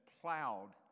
plowed